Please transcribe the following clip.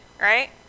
right